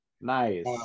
Nice